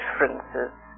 differences